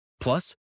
Plus